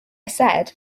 said